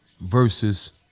versus